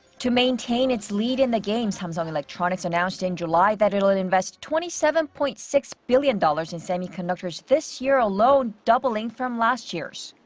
to maintain its lead in the game, samsung electronics announced in july that it will and invest twenty seven point six billion dollars in semiconductors this year alone, doubling from last year's.